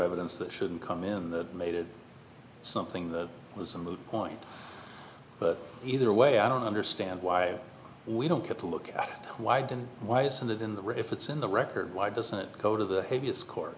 evidence that shouldn't come in that made it something that was a moot point but either way i don't understand why we don't get to look at why didn't why isn't it in the if it's in the record why doesn't it go to the heaviest co